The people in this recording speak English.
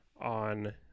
on